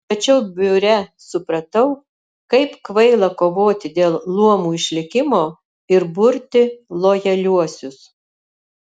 tačiau biure supratau kaip kvaila kovoti dėl luomų išlikimo ir burti lojaliuosius